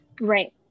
Right